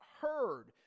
heard